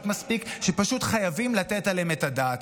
מספיק שפשוט חייבים לתת עליהן את הדעת.